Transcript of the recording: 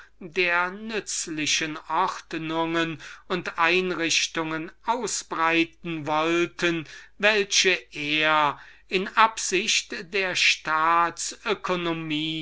der nützlichen ordnungen und einrichtungen ausbreiten wollten welche er in absicht der